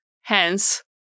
Hence